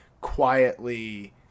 quietly